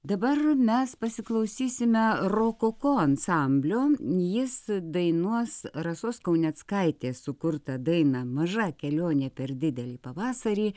dabar mes pasiklausysime rokoko ansamblio jis dainuos rasos kauneckaitės sukurtą dainą maža kelionė per didelį pavasarį